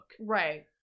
Right